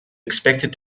expected